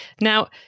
Now